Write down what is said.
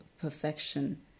perfection